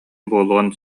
буолуон